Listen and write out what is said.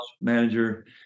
manager